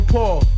Paul